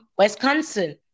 Wisconsin